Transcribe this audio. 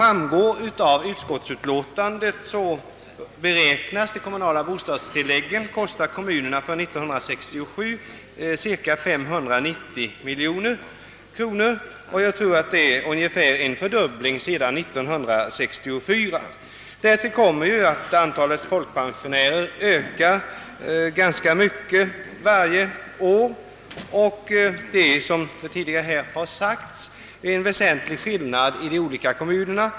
Av utskottsutlåtandet framgår att de kommunala bostadstilläggen för år 1967 beräknas kosta kommunerna 590 miljoner kronor — det är ungefär en fördubbling sedan år 1964. Därtill kommer att antalet folkpensionärer ökar ganska kraftigt varje år. Det är också — som tidigare sagts — en väsentlig skillnad härvidlag i de olika kommunerna.